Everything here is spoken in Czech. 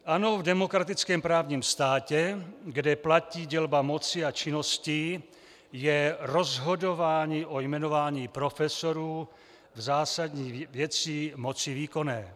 Ano, v demokratickém právním státě, kde platí dělba moci a činnosti, je rozhodování o jmenování profesorů zásadně věcí moci výkonné.